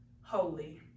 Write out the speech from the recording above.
Holy